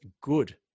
good